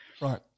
Right